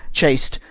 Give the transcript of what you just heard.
chaste,